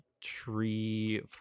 tree